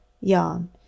yarn